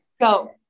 go